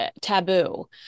taboo